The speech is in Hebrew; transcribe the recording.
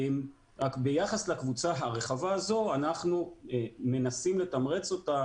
רק ביחס לקבוצה הרחבה הזאת אנחנו מנסים לתמרץ אותה